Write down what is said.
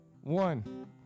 One